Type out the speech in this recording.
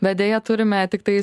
bet deja turime tiktai